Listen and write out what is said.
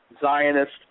Zionist